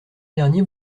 dernier